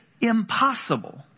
impossible